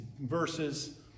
verses